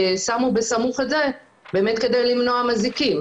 ושמו את זה בסמוך באמת כדי למנוע מזיקים.